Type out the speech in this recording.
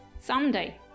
Someday